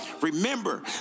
Remember